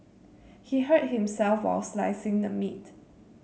he hurt himself while slicing the meat